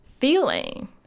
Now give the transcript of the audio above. feeling